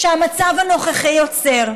שהמצב הנוכחי יוצר.